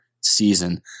season